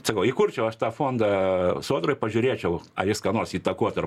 sakau įkurčiau aš tą fondą sodroj pažiūrėčiau ar jis ką nors įtakotų ar